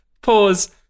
pause